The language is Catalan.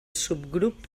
subgrup